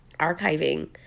archiving